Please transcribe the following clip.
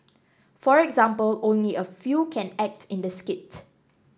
for example only a few can act in the skit